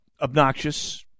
obnoxious